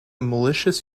malicious